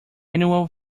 annual